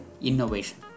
innovation